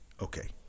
Okay